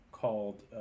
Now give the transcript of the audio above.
Called